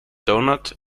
doughnut